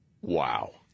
Wow